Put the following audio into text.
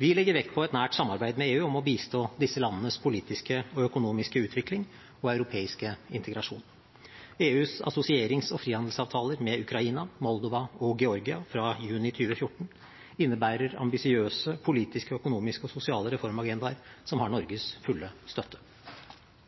Vi legger vekt på et nært samarbeid med EU om å bistå disse landenes politiske og økonomiske utvikling og europeiske integrasjon. EUs assosierings- og frihandelsavtaler med Ukraina, Moldova og Georgia fra juni 2014 innebærer ambisiøse politiske, økonomiske og sosiale reformagendaer som har Norges fulle støtte.